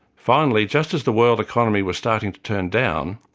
finally, just as the world economy was starting to turn down,